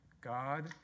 God